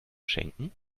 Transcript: schenken